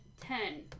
Ten